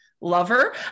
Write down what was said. Lover